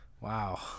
Wow